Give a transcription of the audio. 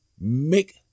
make